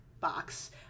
box